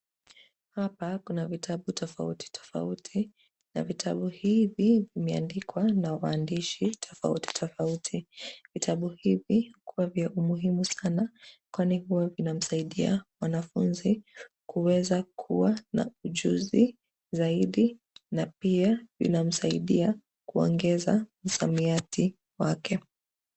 Hapa kuna vitabu tofauti tofauti na vitabu hivi vimeandikwa na waandishi tofauti tofauti. Vitabu hivi kuwa vya umuhimu sana kwani huwa vinamsaidia mwanafunzi kuweza kuwa na ujuzi zaidi na pia vinamsaidia kuongeza msamiati wake.